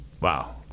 Wow